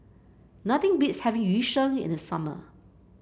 nothing beats having Yu Sheng in the summer